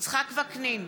יצחק וקנין,